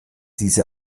diese